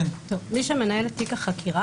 מי שמנהל את תיק החקירה,